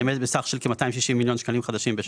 נאמדת בסך של כ-260 מיליון ₪ בשנה,